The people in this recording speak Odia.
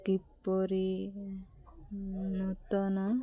କିପରି ନୂତନ